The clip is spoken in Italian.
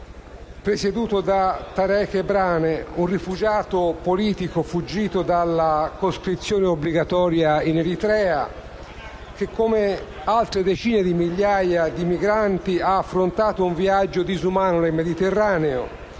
presieduto da Tarek Brhane, un rifugiato politico fuggito della coscrizione obbligatoria in Eritrea che, come altre decine di migliaia di migranti, ha affrontato un viaggio disumano nel Mediterraneo,